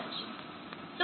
તો આ સ્કીમ હશે